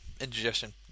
Indigestion